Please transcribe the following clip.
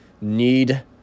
need